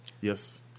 Yes